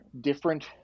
different